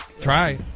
Try